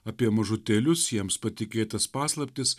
apie mažutėlius jiems patikėtas paslaptis